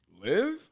live